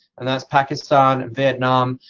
and that's pakistan, vietnam.